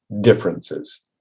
differences